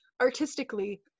artistically